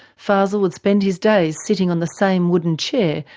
fazel would spend his days sitting on the same wooden chair,